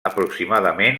aproximadament